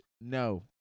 no